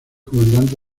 comandante